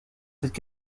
cette